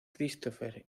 christopher